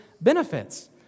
benefits